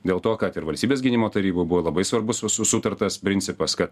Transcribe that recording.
dėl to kad ir valstybės gynimo taryboj buvo labai svarbus su su sutartas principas kad